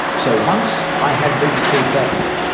so once i had these two factors,